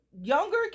younger